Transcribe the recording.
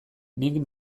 nik